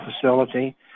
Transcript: facility